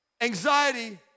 Anxiety